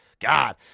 God